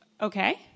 Okay